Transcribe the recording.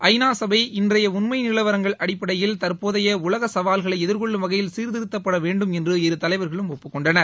ஐநா சளப இன்றைய உண்மை நிலவரங்கள் அடிப்படையில் தற்போதைய உலக சவால்களை எதிர்கொள்ளும் வகையில் சீர்திருத்தப்பட வேண்டும் என்று இரு தலைவர்களும் ஒப்புக்கொண்டனர்